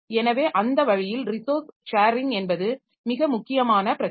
எனவே அந்த வழியில் ரிசோர்ஸ் ஷேரிங் என்பது மிக முக்கியமான பிரச்சனை